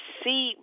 see